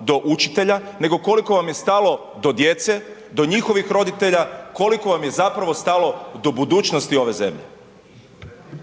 do učitelja nego koliko vam je stalo do djece, do njihovih roditelja, koliko vam je zapravo stalo do budućnosti ove zemlje. **Jandroković, Gordan